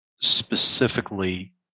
specifically